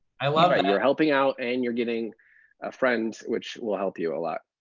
i love it. and you're helping out and you're getting a friend, which will help you a lot.